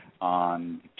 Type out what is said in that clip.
on